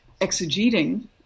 exegeting